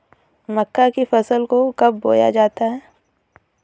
मक्का की फसल को कब बोया जाता है?